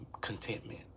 contentment